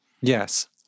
Yes